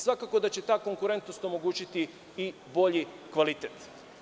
Svakako da će ta konkurentnost omogućiti i bolji kvalitet.